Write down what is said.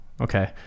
Okay